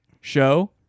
show